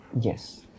Yes